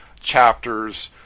chapters